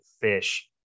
fish